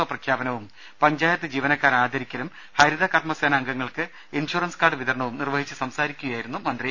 O പ്രഖ്യാപനവും പഞ്ചായത്ത് ജീവനക്കാരെ ആദരിക്കലും ഹരിത കർമ്മ സേന അംഗങ്ങൾക്ക് ഇൻഷുറൻസ് കാർഡ് വിതരണവും നിർവഹിച്ച് സംസാരിക്കുകയായിരുന്നു മന്ത്രി